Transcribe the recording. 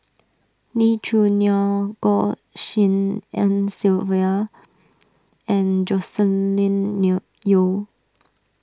Lee Choo Neo Goh Tshin En Sylvia and Joscelin new Yeo